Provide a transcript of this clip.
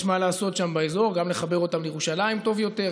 יש מה לעשות שם באזור: גם לחבר אותם לירושלים טוב יותר,